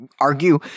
argue